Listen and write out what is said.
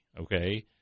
okay